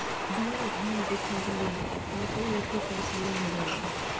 बीना घाम देखावले मकई रखे पर कीड़ा हो जाला